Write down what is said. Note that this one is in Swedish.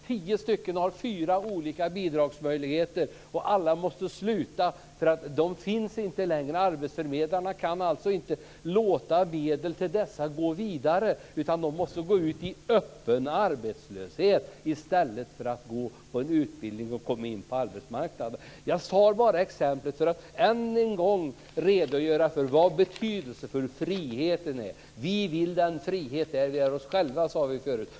Tio personer har fyra olika bidragsmöjligheter, och alla måste sluta därför att dessa bidragsmöjligheter inte längre finns. Arbetsförmedlarna kan alltså inte låta medel till dessa personer gå vidare, utan de måste gå ut i öppen arbetslöshet i stället för att gå en utbildning och därmed kunna komma in på arbetsmarknaden. Jag nämnde detta exempel för att än en gång redogöra för hur betydelsefull friheten är. Vi vill den frihet där vi är oss själva, sade vi förut.